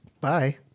Bye